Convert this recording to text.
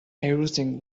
everything